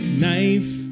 knife